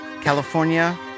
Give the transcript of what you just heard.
California